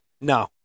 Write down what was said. No